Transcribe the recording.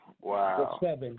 Wow